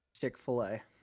Chick-fil-A